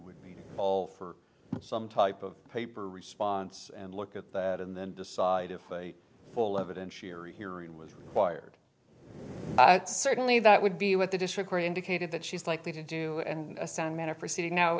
would be all for some type of paper response and look at that and then decide if full evidence you're hearing was required certainly that would be what the district indicated that she's likely to do and a sound man after seeing now